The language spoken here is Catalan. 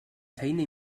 feina